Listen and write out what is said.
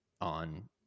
on